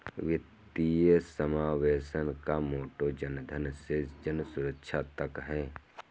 वित्तीय समावेशन का मोटो जनधन से जनसुरक्षा तक है